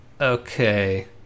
Okay